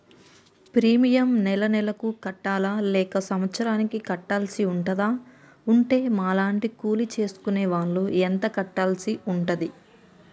Premium నెల నెలకు కట్టాలా లేక సంవత్సరానికి కట్టాల్సి ఉంటదా? ఉంటే మా లాంటి కూలి చేసుకునే వాళ్లు ఎంత కట్టాల్సి ఉంటది?